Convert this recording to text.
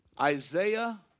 Isaiah